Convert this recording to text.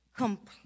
complete